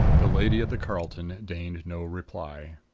the lady at the carlton deigned no reply.